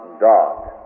God